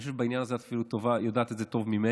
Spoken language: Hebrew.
אני חושב שבעניין הזה את אפילו יודעת את זה טוב ממני.